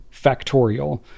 factorial